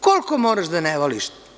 Koliko moraš da ne voliš?